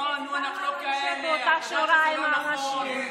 למה אתה יושב באותה שורה עם הנשים?